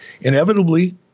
inevitably